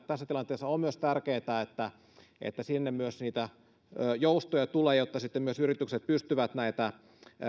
tässä tilanteessa on myös tärkeää että myös sinne niitä joustoja tulee jotta sitten myös yritykset pystyvät näitä